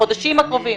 בחודשים הקרובים?